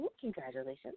Congratulations